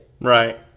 Right